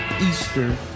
Easter